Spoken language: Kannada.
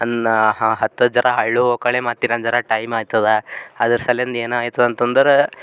ಅಂದ ಹತ್ಜರ ಹಳ್ಳೋಕಾಳಿ ಮತ್ತು ಇನ್ನೊಂದು ಜರ ಟೈಮ್ ಆಯ್ತದ ಅದ್ರ ಸಲಿಂದ್ ಏನಾಯ್ತದ ಅಂತಂದ್ರೆ